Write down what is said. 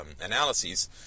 analyses